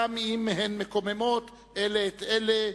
גם אם הן מקוממות אלה את אלה,